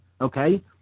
Okay